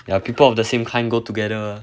they are people of the same kind go together